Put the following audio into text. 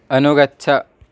अनुगच्छ